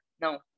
no